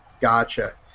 Gotcha